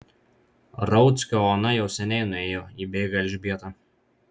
rauckio ona jau seniai nuėjo įbėga elžbieta